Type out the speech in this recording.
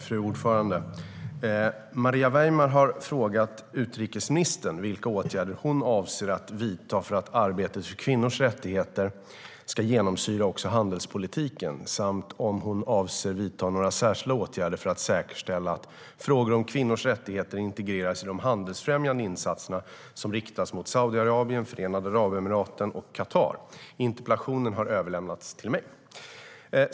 Fru talman! Maria Weimer har frågat utrikesministern vilka åtgärder hon avser att vidta för att arbetet för kvinnors rättigheter ska genomsyra också handelspolitiken samt om hon avser att vidta några särskilda åtgärder för att säkerställa att frågor om kvinnors rättigheter integreras i de handelsfrämjande insatser som riktas mot Saudiarabien, Förenade Arabemiraten och Qatar. Interpellationen har överlämnats till mig.